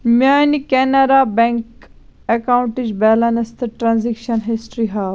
میٛانہِ کٮ۪نارا بٮ۪نٛک اٮ۪کاوُنٛٹٕچ بیلنس تہٕ ٹرٛانزیکشَن ہِسٹرٛی ہاو